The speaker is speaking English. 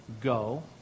go